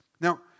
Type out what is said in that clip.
Now